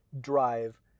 drive